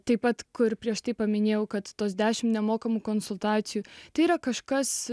taip pat kur prieš tai paminėjau kad tos dešimt nemokamų konsultacijų tai yra kažkas